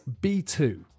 B2